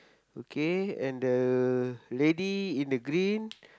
okay and the lady in the green